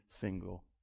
single